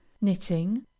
knitting